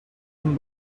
این